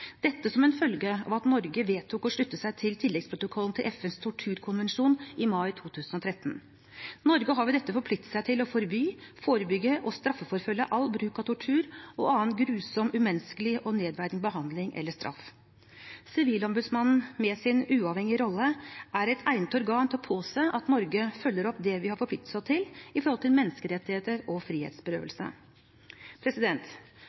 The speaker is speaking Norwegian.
Dette kom som en følge av at Norge vedtok å slutte seg til tilleggsprotokollen til FNs torturkonvensjon i mai 2013. Norge har ved dette forpliktet seg til å forby, forebygge og straffeforfølge all bruk av tortur og annen grusom, umenneskelig og nedverdigende behandling eller straff. Sivilombudsmannen med sin uavhengige rolle er et egnet organ til å påse at Norge følger opp det vi har forpliktet oss til med hensyn til menneskerettigheter og